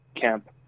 camp